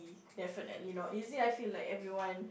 definitely not easy I feel like everyone